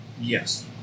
Yes